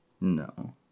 No